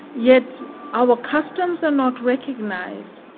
yet our customs are not recognised.